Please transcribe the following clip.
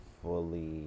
fully